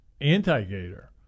anti-gator